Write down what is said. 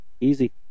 Easy